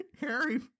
Harry